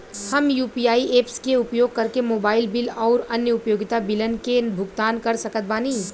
हम UPI apps के उपयोग करके मोबाइल बिल आउर अन्य उपयोगिता बिलन के भुगतान कर सकत बानी